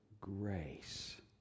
grace